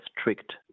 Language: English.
strict